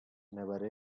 never